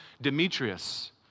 Demetrius